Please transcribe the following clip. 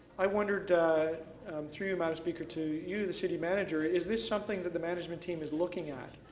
i wondered through you madam speaker, to you the city manager, is this something that the management team is looking at?